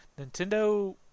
Nintendo